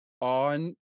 on